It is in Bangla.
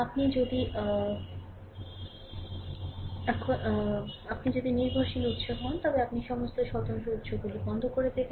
আপনি যদি নির্ভরশীল উৎস হন তবে আপনি সমস্ত স্বতন্ত্র উত্সগুলি বন্ধ করে দেবেন